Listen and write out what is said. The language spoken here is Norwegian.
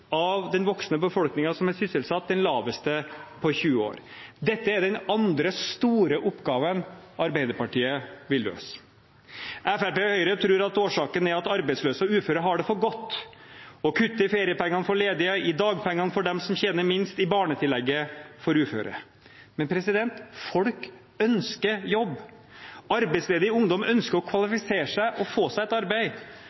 av den voksende befolkningen som er sysselsatt, den laveste på 20 år. Dette er den andre store oppgaven Arbeiderpartiet vil løse. Fremskrittspartiet og Høyre tror at årsaken er at arbeidsløse og uføre har det for godt, og kutter i feriepengene for ledige, i dagpengene for dem som tjener minst, i barnetillegget for uføre. Men folk ønsker jobb. Arbeidsledig ungdom ønsker å